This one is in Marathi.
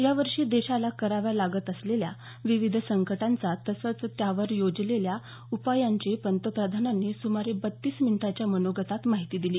या वर्षी देशाला कराव्या लागत असलेल्या विविध संकटांचा तसंच त्यावर योजलेल्या उपायांची पंतप्रधानांनी सुमारे बत्तीस मिनिटांच्या मनोगतात माहिती दिली